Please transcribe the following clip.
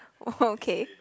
!woah! okay